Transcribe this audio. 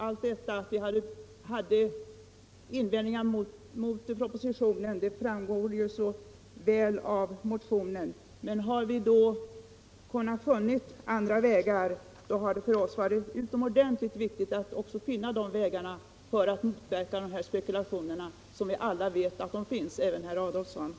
Att vi hade invändningar mot propositionen framgår ju såväl av motionen som betänkandet. Men när vi kunnat finna andra vägar till kompromiss har det också varit utomordentligt viktigt för oss att följa de vägarna för att motverka denna spekulation, som vi alla — även herr Adolfsson - vet att den finns.